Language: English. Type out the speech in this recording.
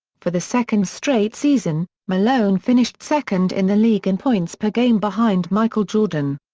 for the second straight season, malone finished second in the league in points per game behind michael jordan.